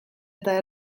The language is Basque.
eta